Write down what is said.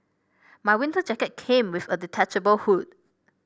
my winter jacket came with a detachable hood